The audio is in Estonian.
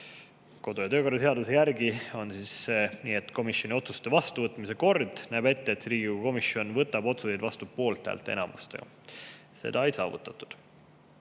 Kodu‑ ja töökorra seaduse järgi on nii, et komisjoni otsuste vastuvõtmise kord näeb ette, et Riigikogu komisjon võtab otsuseid vastu poolthäälte enamusega. Seda ei saavutatud.